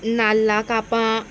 नाल्ला कापां